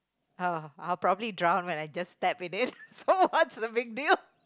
oh I'll probably drown when I just step in it so what's the big deal